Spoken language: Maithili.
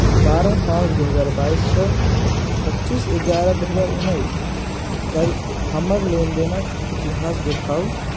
बारह पाँच दुइ हजार बाइससँ पचीस एगारह दुइ हजार उनैसधरि हमर लेनदेनके इतिहास देखाउ